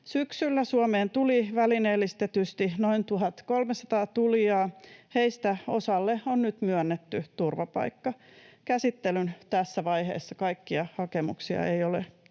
Syksyllä Suomeen tuli välineellistetysti noin 1 300 tulijaa, heistä osalle on nyt myönnetty turvapaikka. Käsittelyn tässä vaiheessa kaikkia hakemuksia ei ole tietääkseni